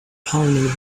pounding